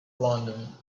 london